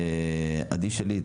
עדי שליט,